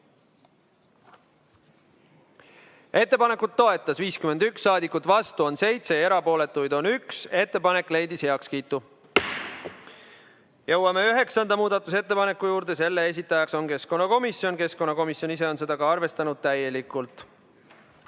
Ettepanekut toetas 51 saadikut, vastu on 7 ja erapooletuid on 1. Ettepanek leidis heakskiitu. Jõuame üheksanda muudatusettepaneku juurde, selle esitaja on keskkonnakomisjon, keskkonnakomisjon ise on seda ka täielikult